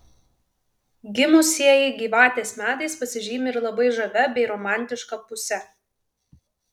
gimusieji gyvatės metais pasižymi ir labai žavia bei romantiška puse